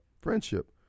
friendship